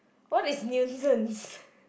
what is nuisance